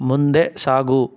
ಮುಂದೆ ಸಾಗು